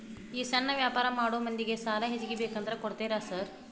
ಈ ಸಣ್ಣ ವ್ಯಾಪಾರ ಮಾಡೋ ಮಂದಿಗೆ ಸಾಲ ಹೆಚ್ಚಿಗಿ ಬೇಕಂದ್ರ ಕೊಡ್ತೇರಾ ಸಾರ್?